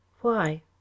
Why